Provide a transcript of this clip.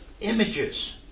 images